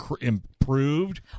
improved